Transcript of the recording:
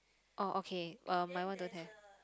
oh okay uh my one don't have